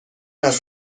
است